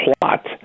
plot